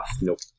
Nope